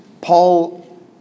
Paul